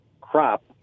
crop